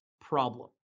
problem